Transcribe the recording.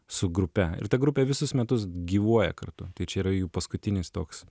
su grupe ir ta grupė visus metus gyvuoja kartu tai čia yra jų paskutinis toks